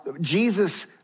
Jesus